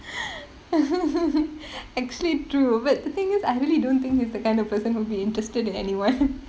actually true but the thing is I really don't think he's the kind of person who would be interested in anyone